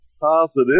positive